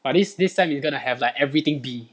but this this sem is gonna have like everything B